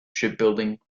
shipbuilding